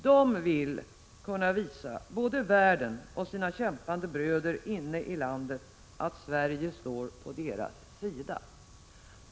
De vill kunna visa både världen och sina kämpande bröder inne i landet att Sverige står på deras sida.